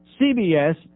CBS